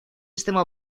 sistema